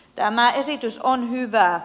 tämä esitys on hyvä